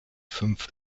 fünf